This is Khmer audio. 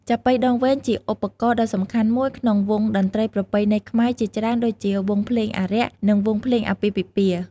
ចាប៉ីដងវែងជាឧបករណ៍ដ៏សំខាន់មួយក្នុងវង់តន្ត្រីប្រពៃណីខ្មែរជាច្រើនដូចជាវង់ភ្លេងអារក្ស និងវង់ភ្លេងអាពាហ៍ពិពាហ៍។